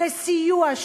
לסיוע,